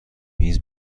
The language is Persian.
میز